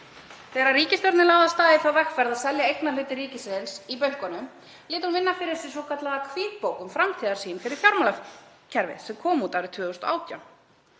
Þegar ríkisstjórnin lagði af stað í þá vegferð að selja eignarhluti ríkisins í bönkunum lét hún vinna fyrir sig svokallaða hvítbók um framtíðarsýn fyrir fjármálakerfið sem kom út árið 2018.